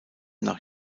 nach